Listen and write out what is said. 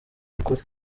ukuri